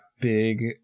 big